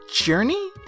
Journey